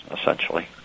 essentially